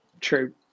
True